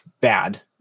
bad